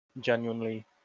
genuinely